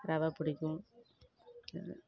ரவை பிடிக்கும்